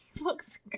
looks